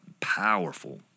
powerful